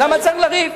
למה צריך לריב?